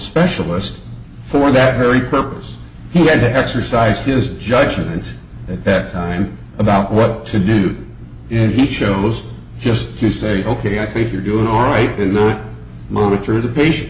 specialist for that very purpose he had to exercise his judgment at that time about what to do and he chose just to say ok i think you're doing all right to move through the patient